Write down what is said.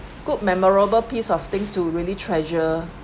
good memorable piece of things to really treasure